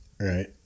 Right